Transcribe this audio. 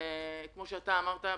וכמו שאתה אמרת,